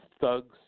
thugs